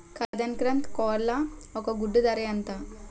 కదక్నత్ కోళ్ల ఒక గుడ్డు ధర ఎంత?